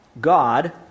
God